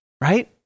right